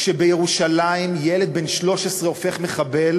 כשבירושלים ילד בן 13 הופך מחבל,